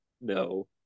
no